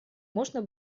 можно